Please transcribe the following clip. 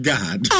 God